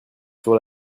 sur